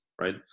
right